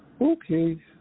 Okay